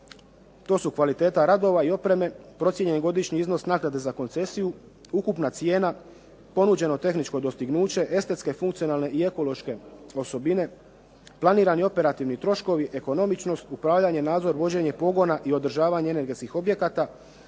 To su kvaliteta radova i oprema, procijenjeni godišnji iznos naknade za koncesiju, ukupna cijena, ponuđeno tehničko dostignuće, estetske, funkcionalne i ekološke osobine, planirani operativni troškovi, ekonomičnost, upravljanje, nadzor i vođenje pogona i održavanje energetskih objekata,